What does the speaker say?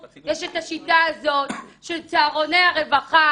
יש את השיטה הזאת של צהרוני הרווחה